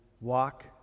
walk